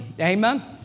Amen